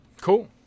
Cool